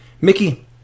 Mickey